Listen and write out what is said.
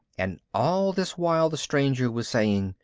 and all this while the stranger was saying,